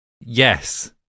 yes